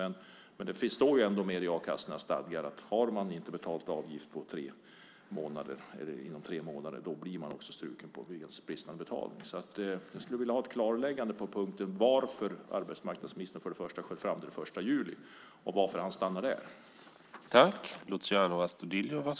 Men det står ändå i a-kassornas stadgar att har man inte betalat avgiften inom tre månader blir man också struken på grund av bristande betalning. Jag skulle vilja ha ett klarläggande för det första av varför arbetsmarknadsministern sköt fram det till den 1 juli och för det andra av varför han stannade där.